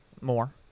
More